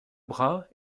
bras